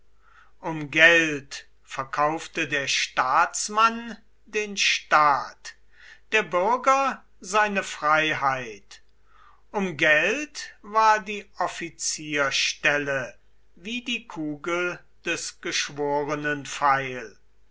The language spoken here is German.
um geld verkaufte der staatsmann den staat der bürger seine freiheit um geld war die offizierstelle wie die kugel des